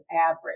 average